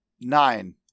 Nine